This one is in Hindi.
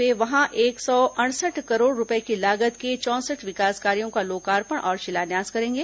वे वहां एक सौ अड़सठ करोड़ रूपए की लागत के चौसठ विकास कार्यों का लोकार्पण और शिलान्यास करेंगे